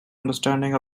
understanding